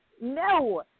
No